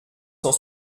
cent